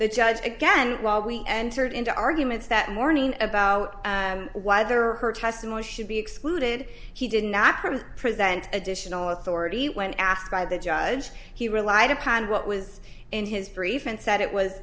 the judge again while we entered into arguments that morning about why their or her testimony should be excluded he did not present additional authority when asked by the judge he relied upon what was in his brief and said it was